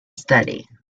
study